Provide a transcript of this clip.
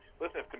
listen